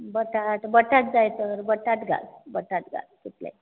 बटाट बटाट जाय तर बटाट घाल